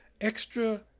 extra